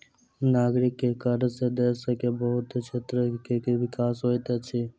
नागरिक के कर सॅ देश के बहुत क्षेत्र के विकास होइत अछि